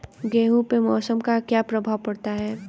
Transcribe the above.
गेहूँ पे मौसम का क्या प्रभाव पड़ता है?